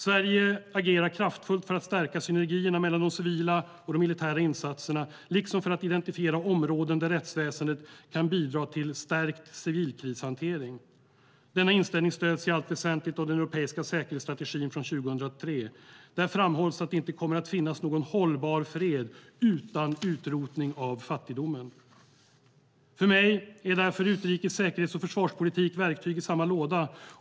Sverige agerar kraftfullt för att stärka synergierna mellan de civila och militära insatserna, liksom för att identifiera områden där rättsväsendet kan bidra till stärkt civilkrishantering. Denna inställning stöds i allt väsentligt av den europeiska säkerhetsstrategin från 2003. Där framhålls att det inte kommer att finnas någon hållbar fred utan utrotning av fattigdomen. För mig är därför utrikes-, säkerhets och försvarspolitik verktyg i samma låda.